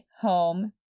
home